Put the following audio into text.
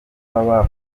baba